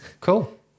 Cool